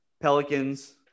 Pelicans